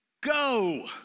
Go